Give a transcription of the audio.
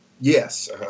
yes